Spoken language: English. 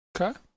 okay